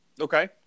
Okay